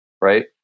right